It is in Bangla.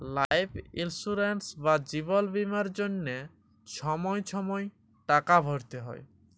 লাইফ ইলিসুরেন্স বা জিবল বীমার জ্যনহে ছময় ছময় টাকা ভ্যরতে হ্যয়